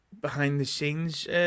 behind-the-scenes